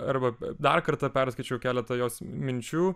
arba dar kartą perskaičiau keletą jos minčių